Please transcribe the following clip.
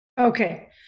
Okay